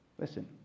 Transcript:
Listen